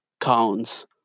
counts